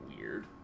weird